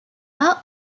are